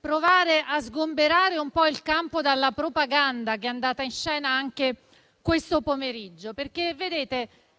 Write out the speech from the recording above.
provare a sgomberare un po' il campo dalla propaganda che è andata in scena questo pomeriggio, perché, vedete,